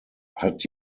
hat